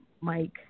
Mike